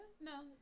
No